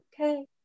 okay